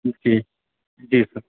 जी जी सर